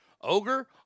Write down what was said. Ogre